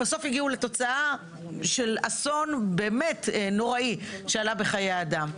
בסוף הגיעו לתוצאה של אסון נוראי שעלה בחיי אדם.